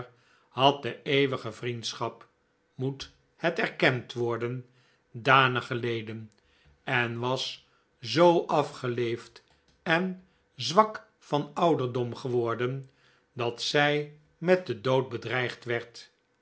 had de eeuwige vriendschap moet het erkend worden danig geleden en was zoo afgeleefd en zwak van ouderdom geworden dat zij met den dood bedreigd werd